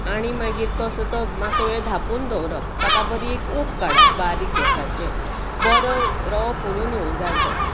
आनी मागीर तसो तो मात्सो वेळ धांपून दवरप ताका बरी एक उब काडप पारीक गेसाचेर बरो रवो फुलून येवंक जाय तो